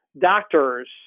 doctors